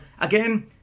again